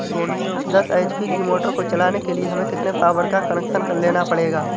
दस एच.पी की मोटर को चलाने के लिए हमें कितने पावर का कनेक्शन लेना पड़ेगा?